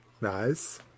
Nice